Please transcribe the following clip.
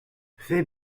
fais